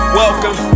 welcome